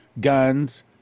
guns